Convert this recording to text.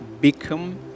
become